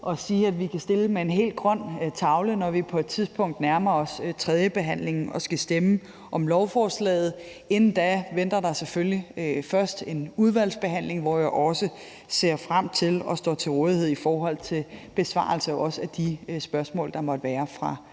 love, at vi kan stille med en helt grøn tavle, når vi på et tidspunkt skal til tredjebehandlingen og skal stemme om lovforslaget. Inden da venter der selvfølgelig først en udvalgsbehandling, som jeg også ser frem til, og hvor jeg står til rådighed for besvarelse af de spørgsmål, der måtte være fra